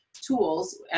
tools